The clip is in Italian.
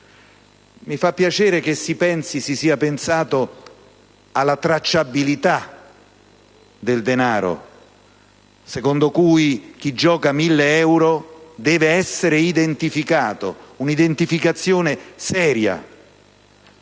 Mi fa piacere che si sia pensato alla tracciabilità del denaro, per cui chi gioca 1.000 euro deve essere identificato: un'identificazione seria,